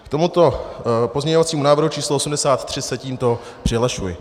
K tomuto pozměňovacímu návrhu číslo 83 se tímto přihlašuji.